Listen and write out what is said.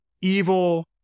evil